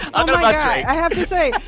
i i have to say,